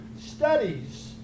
studies